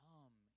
Come